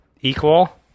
equal